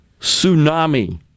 tsunami